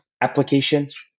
applications